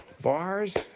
Bars